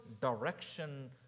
direction